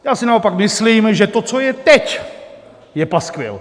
Já si naopak myslím, že to, co je teď, je paskvil.